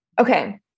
Okay